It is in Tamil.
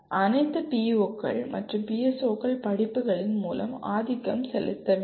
அனைத்து POக்கள் மற்றும் PSOக்கள் படிப்புகளின் மூலம் ஆதிக்கம் செலுத்த வேண்டும்